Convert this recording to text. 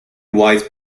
wise